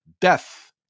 death